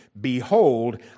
Behold